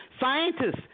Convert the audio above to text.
scientists